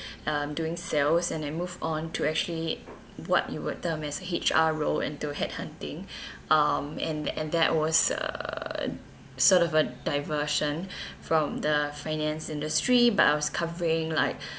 um doing sales and I move on to actually what you would term as H_R role into headhunting um and and that was uh sort of a diversion from the finance industry but I was covering like